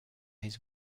his